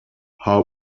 how